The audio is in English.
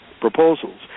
proposals